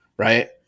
right